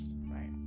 right